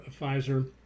pfizer